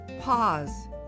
Pause